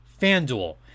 FanDuel